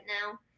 now